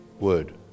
word